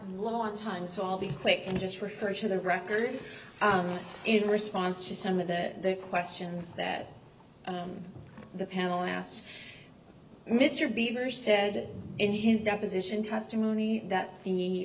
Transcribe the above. last time so i'll be quick and just refer to the record in response to some of the questions that the panel asked mr beaver said in his deposition testimony that the